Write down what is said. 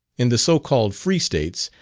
in the so-called free states,